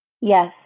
Yes